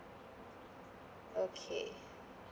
okay